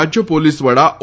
રાજ્ય પોલીસ વડા ઓ